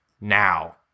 Now